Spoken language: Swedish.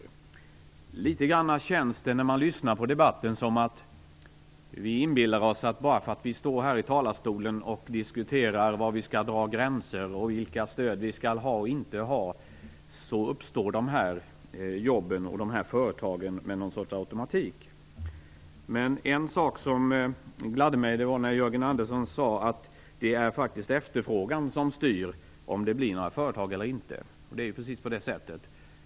När man lyssnar på debatten känns det litet grand som att vi inbillar oss att de här jobben och de här företagen uppstår med någon sorts automatik bara för att vi står här i talarstolen och diskuterar var vi skall dra gränser och vilka stöd vi skall ha och inte ha. Därför gladde det mig när Jörgen Andersson sade att det faktiskt är efterfrågan som styr om det blir några företag eller inte. Precis så är det.